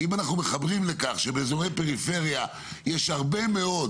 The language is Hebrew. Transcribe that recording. אם אנחנו מחברים לכך שבאזורי פריפריה יש הרבה מאוד